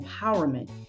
empowerment